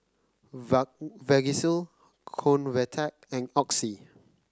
Vagisil Convatec and Oxy